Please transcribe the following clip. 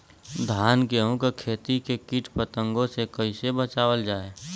धान गेहूँक खेती के कीट पतंगों से कइसे बचावल जाए?